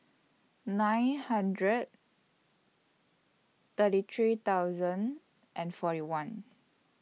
nine hundred thirty three thousand and forty one